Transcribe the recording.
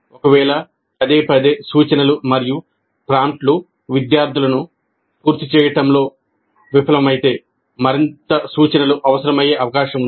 ఒకవేళ పదేపదే సూచనలు మరియు ప్రాంప్ట్లు విద్యార్థులను పూర్తి చేయడంలో విఫలమైతే మరింత సూచనలు అవసరమయ్యే అవకాశం ఉంది